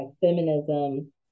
feminism